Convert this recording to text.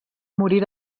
morir